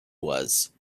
was